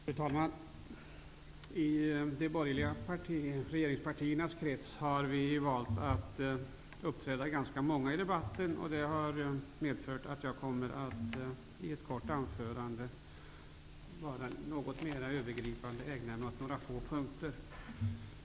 Fru talman! I de borgerliga regeringspartiernas krets har vi valt att uppträda ganska många i debatten. Det har medfört att jag i ett kort anförande kommer att ägna mig övergripande åt några få punkter.